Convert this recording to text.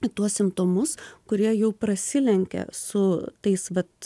į tuos simptomus kurie jau prasilenkia su tais vat